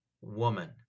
woman